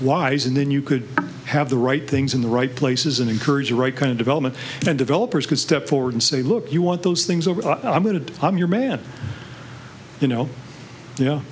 wise and then you could have the right things in the right places and encourage the right kind of development and developers could step forward and say look you want those things i'm going to i'm your man you know y